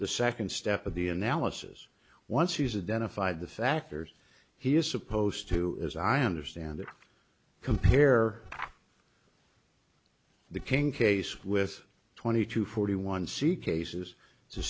the second step of the analysis once he's a den of fide the factors he is supposed to as i understand it compare the king case with twenty to forty one c cases to